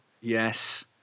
Yes